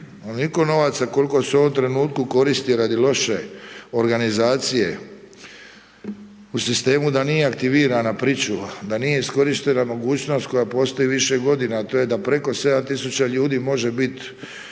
Onoliko novaca koliko se u ovom trenutku koristi radi loše organizacije u sistemu da nije aktivirana pričuva, da nije iskorištena mogućnost koja postoji više godina a to je da preko 7000 ljudi može biti